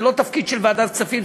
זה לא תפקיד של ועדת הכספים,